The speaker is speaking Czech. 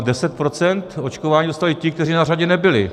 Deset procent očkování dostali ti, kteří na řadě nebyli.